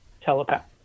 telepath